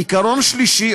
עיקרון שלישי,